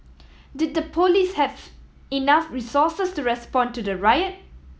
did the police have enough resources to respond to the riot